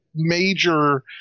major